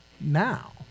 now